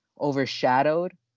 overshadowed